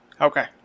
Okay